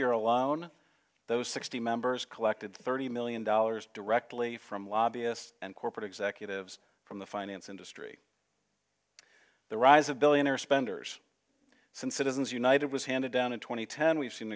year alone those sixty members collected thirty million dollars directly from lobbyists and corporate executives from the finance industry the rise of billionaire spenders citizens united was handed down in tw